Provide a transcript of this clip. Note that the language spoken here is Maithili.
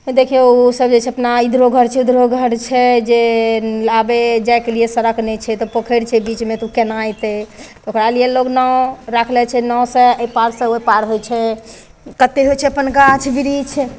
देखियौ ओ सब जे छै अपना ईधरो घर छै ऊधरो घर छै जे आबे जाइके लिए सड़क नहि छै तऽ पोखरि छै बीचमे तऽ ओ केना एतै ओकरा लिए लोग नाव राखले छै नावसँ एहि पारसँ ओहि पार होइ छै कतेक होइ छै अपन गाछ बृक्ष